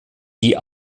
die